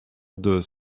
deux